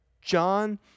John